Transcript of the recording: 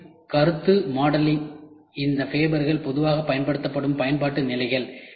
மேலும் கருத்து மாடலிங் இந்த ஃபேபர்கள் பொதுவாக பயன்படுத்தப்படும் பயன்பாட்டு நிலைகள்